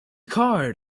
card